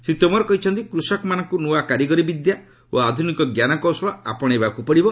ଶ୍ରୀ ତୋମାର କହିଛନ୍ତି କୃଷକମାନଙ୍କୁ ନୂଆ କାରିଗରୀ ବିଦ୍ୟା ଓ ଆଧୁନିକ ଜ୍ଞାନକୌଶଳ ଆପଶେଇବାକୁ ପଡିବ